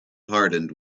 hardened